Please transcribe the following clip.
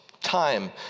time